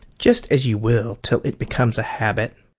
just as you will till it becomes a habit.